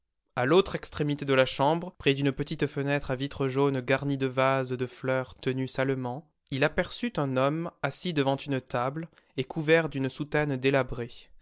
a l'autre extrémité de la chambre près d'une petite fenêtre à vitres jaunies garnie de vases de fleurs tenus salement il aperçut un homme assis devant une table et couvert d'une soutane délabrée